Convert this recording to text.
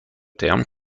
terme